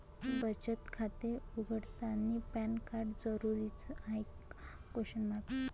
बचत खाते उघडतानी पॅन कार्ड जरुरीच हाय का?